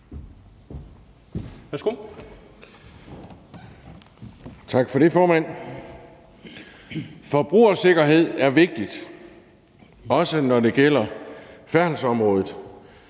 Tak for det, formand. Forbrugersikkerhed er vigtigt, også når det gælder færdselsområdet.